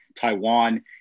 Taiwan